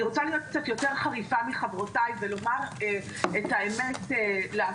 אני רוצה להיות קצת יותר חריפה מחברותיי ולומר את האמת לאשורה.